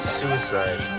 suicide